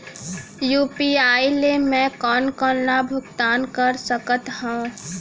UPI ले मैं कोन कोन ला भुगतान कर सकत हओं?